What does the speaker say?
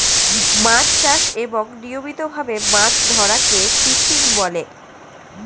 মাছ চাষ এবং নিয়মিত ভাবে মাছ ধরাকে ফিশিং বলে